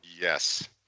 Yes